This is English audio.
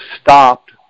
stopped